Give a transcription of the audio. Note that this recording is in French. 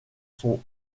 son